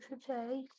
today